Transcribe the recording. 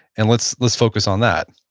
and let's let's focus on that.